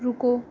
रुको